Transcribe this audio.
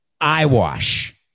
Eyewash